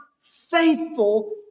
faithful